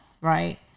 Right